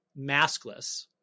maskless